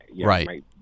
Right